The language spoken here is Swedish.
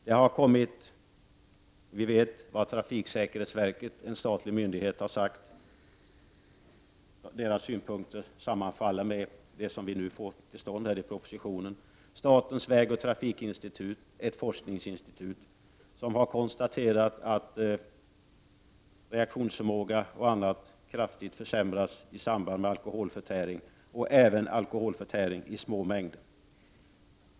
De synpunkter som framförs av trafiksäkerhetsverket, en statlig myndighet, sammanfaller med det som vi nu föreslår. Statens vägoch trafikinstitut, ett forskningsinstitut, har konstaterat att bl.a. reaktionsförmågan kraftigt försämras i samband med alkoholförtäring, även alkoholförtäring i små mängder.